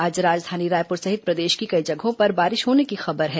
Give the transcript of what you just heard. आज राजधानी रायपुर सहित प्रदेश के कई जगहों पर बारिश होने की खबर है